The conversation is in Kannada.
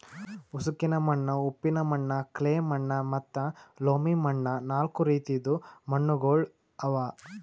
ಉಸುಕಿನ ಮಣ್ಣ, ಉಪ್ಪಿನ ಮಣ್ಣ, ಕ್ಲೇ ಮಣ್ಣ ಮತ್ತ ಲೋಮಿ ಮಣ್ಣ ನಾಲ್ಕು ರೀತಿದು ಮಣ್ಣುಗೊಳ್ ಅವಾ